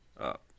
Up